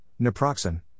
naproxen